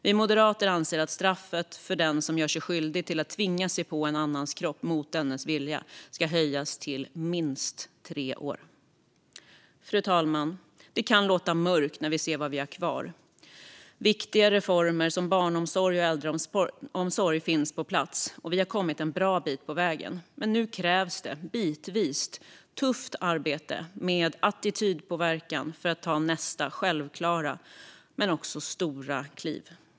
Vi moderater anser att straffet för den som gör sig skyldig till att tvinga sig på en annans kropp mot dennes vilja ska höjas till minst tre år. Fru talman! Det kan låta mörkt när vi ser vad vi har kvar. Viktiga reformer, som barnomsorg och äldreomsorg, finns på plats, och vi har kommit en bra bit på vägen. Men nu krävs det bitvis tufft arbete med attitydpåverkan för att ta nästa självklara men också stora kliv.